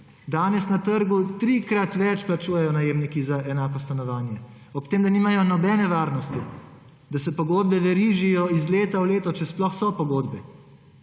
Danes na trgu trikrat več plačujejo najemniki za enako stanovanje ob tem, da nimajo nobene varnosti, da se pogodbe verižijo iz leta v leto, če sploh so pogodbe.